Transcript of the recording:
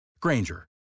Granger